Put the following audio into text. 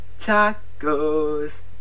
Tacos